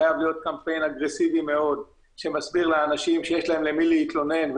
חייב להיות קמפיין אגרסיבי מאוד שמסביר לאנשים שיש להם למי להתלונן,